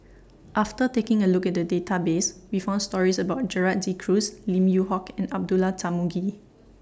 after taking A Look At The Database We found stories about Gerald De Cruz Lim Yew Hock and Abdullah Tarmugi